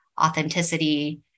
authenticity